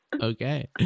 Okay